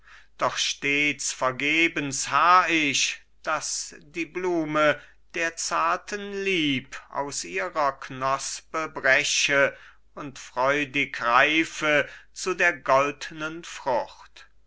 doch stets vergebens harr ich daß die blume der zarten lieb aus ihrer knospe breche und freudig reife zu der goldnen frucht